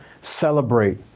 celebrate